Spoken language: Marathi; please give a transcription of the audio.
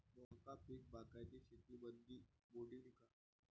मका पीक बागायती शेतीमंदी मोडीन का?